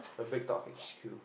the BreadTalk I_H_Q